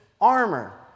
armor